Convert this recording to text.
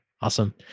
Awesome